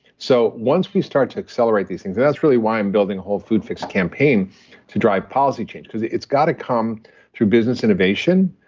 so, once we start to accelerate these that's really why i'm building a whole food fix campaign to drive policy change because it's got to come through business innovation,